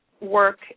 work